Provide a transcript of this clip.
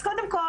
אז קודם כל,